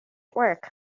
work